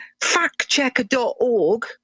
factchecker.org